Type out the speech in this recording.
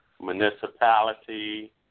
municipality